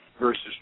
versus